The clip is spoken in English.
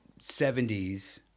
70s